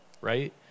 right